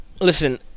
listen